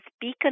Beacon